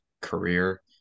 career